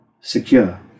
secure